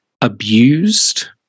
abused